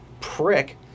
prick